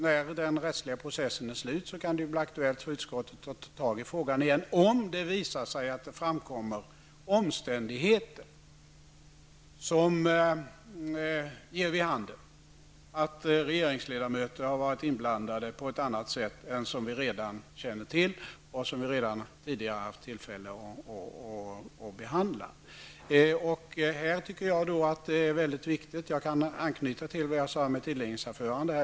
När den rättsliga processen är slut kan det bli aktuellt för utskottet att behandla frågan igen om det visat sig att omständigheter framkommit som ger vid handen att regeringsledamöter har varit inblandade på ett annat sätt än som vi redan känner till och tidigare har haft tillfälle att behandla. Jag vill anknyta till det jag sade i mitt inledningsanförande.